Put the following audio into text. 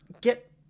get